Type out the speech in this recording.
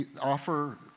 Offer